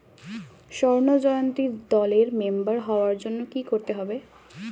স্বর্ণ জয়ন্তী দলের মেম্বার হওয়ার জন্য কি করতে হবে?